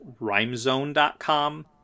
RhymeZone.com